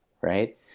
right